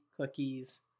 cookies